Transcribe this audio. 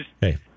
Hey